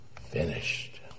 finished